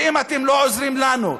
ואם אתם לא עוזרים לנו,